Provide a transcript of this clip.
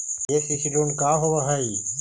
KCC loan का होब हइ?